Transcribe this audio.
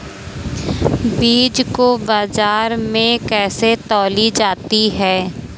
बीज को बाजार में कैसे तौली जाती है?